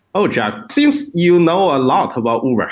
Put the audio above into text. oh, jeff seems you know a lot about uber.